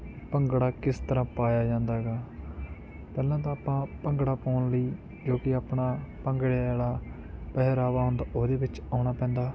ਭੰਗੜਾ ਕਿਸ ਤਰ੍ਹਾਂ ਪਾਇਆ ਜਾਂਦਾ ਹੈਗਾ ਪਹਿਲਾਂ ਤਾਂ ਆਪਾਂ ਭੰਗੜਾ ਪਾਉਣ ਲਈ ਜੋ ਕਿ ਆਪਣਾ ਭੰਗੜੇ ਵਾਲਾ ਪਹਿਰਾਵਾ ਹੁੰਦਾ ਉਹਦੇ ਵਿੱਚ ਆਉਣਾ ਪੈਂਦਾ